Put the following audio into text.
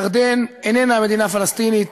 ירדן איננה מדינה פלסטינית.